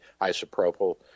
isopropyl